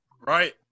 Right